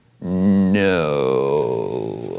No